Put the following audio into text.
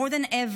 more than ever,